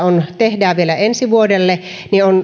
tehdään vielä ensi vuodelle on